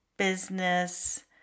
business